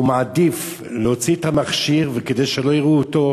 האדם העדיף להוציא את המכשיר כדי שלא יראו שהוא